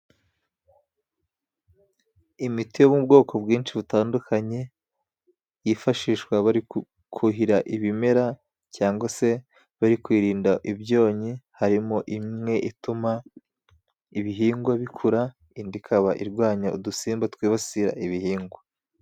Imiti yo mu bwoko bwinshi butandukanye yifashishwa bari kuhira ibimera cyangwa se bari kwirinda ibyonnyi harimo imwe ituma ibihingwa bikura indi ikaba irwanya udusimba twibasira ibihingwa.